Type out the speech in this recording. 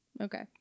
okay